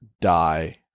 die